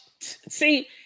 see